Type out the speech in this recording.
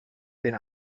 den